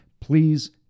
please